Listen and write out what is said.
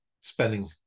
spending